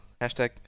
Hashtag